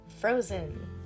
Frozen